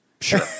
Sure